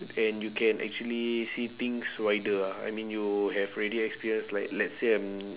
and you can actually see things wider ah I mean you have already experienced like let's say I'm